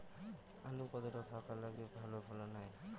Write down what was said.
আলু কতটা ফাঁকা লাগে ভালো ফলন হয়?